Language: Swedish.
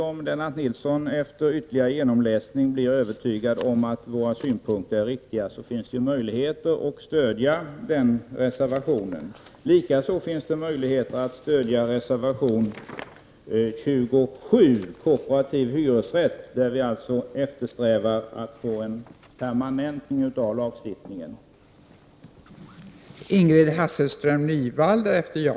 Om Lennart Nilsson efter ytterligare en genomläsning blir övertygad om att våra synpunkter är riktiga, finns det möjligheter att stödja den reservationen. Det finns även möjligheter att stödja reservation 27, där vi strävar efter att få en permanentning av lagstiftningen om kooperativa hyresrätter.